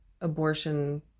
abortion